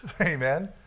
amen